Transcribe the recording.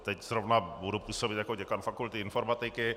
Teď zrovna budu působit jako děkan fakulty informatiky.